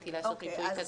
הרלוונטי לעשות מיפוי כזה?